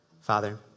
Father